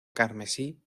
carmesí